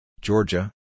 Georgia